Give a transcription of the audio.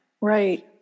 right